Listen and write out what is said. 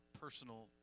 personal